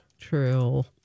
True